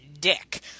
dick